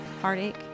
heartache